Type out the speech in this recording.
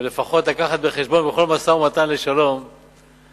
או לפחות להביא בחשבון בכל משא-ומתן לשלום את